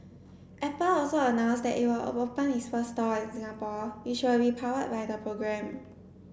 Apple also announced that it will open its first store in Singapore which will be powered by the program